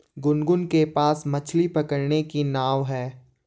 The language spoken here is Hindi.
गुनगुन के पास मछ्ली पकड़ने की नाव है